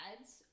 ads